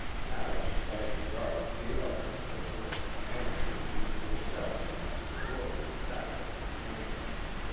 now the frightened guard gave up his pistol and the keys to the cell in which segura was shackled and handcuffed.